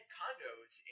condos